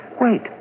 Wait